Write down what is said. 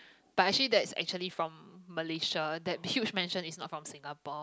but actually that is actually from Malaysia that huge mansion is not from Singapore